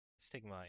stigma